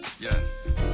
Yes